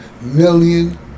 million